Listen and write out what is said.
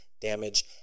damage